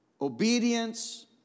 obedience